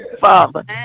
Father